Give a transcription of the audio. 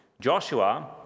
Joshua